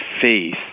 faith